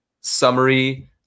summary